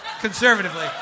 conservatively